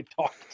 talk